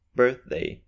birthday